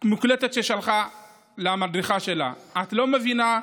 מוקלטת ששלחה למדריכה שלה: את לא מבינה,